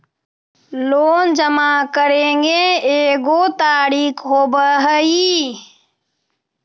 Loan जमा करेंगे एगो तारीक होबहई?